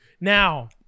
Now